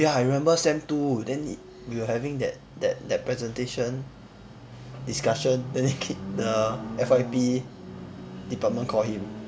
ya I remember sem two then he we were having that that that presentation discussion then he keep the F_Y_P department call him